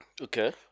Okay